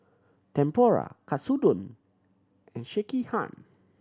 Tempura Katsudon and Sekihan